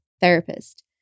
therapist